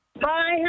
Hi